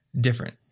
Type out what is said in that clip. different